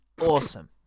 awesome